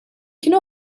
kienu